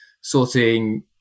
sorting